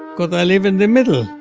because i live in the middle.